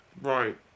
Right